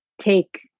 take